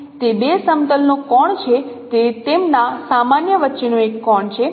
તે બે સમતલ નો કોણ છે તે તેમના સામાન્ય વચ્ચેનો એક કોણ છે